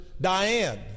Diane